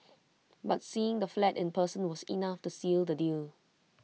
but seeing the flat in person was enough to seal the deal